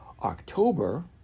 October